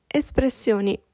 espressioni